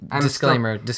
Disclaimer